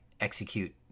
execute